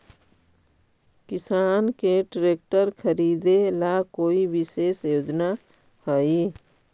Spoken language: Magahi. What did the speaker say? किसान के ट्रैक्टर खरीदे ला कोई विशेष योजना हई?